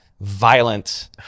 violent